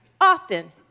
often